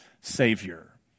savior